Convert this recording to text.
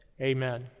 Amen